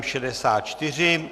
64.